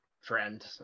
friend